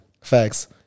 Facts